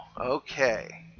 Okay